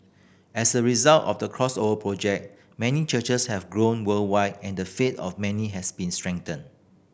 as a result of the Crossover Project many churches have grown worldwide and the faith of many has been strengthened